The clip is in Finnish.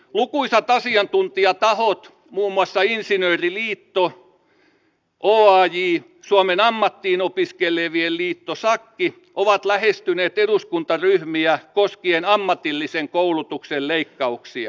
lukuisat asiantuntijatahot muun muassa insinööriliitto oaj suomen ammattiin opiskelevien keskusliitto sakki ovat lähestyneet eduskuntaryhmiä koskien ammatillisen koulutuksen leikkauksia